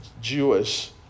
Jewish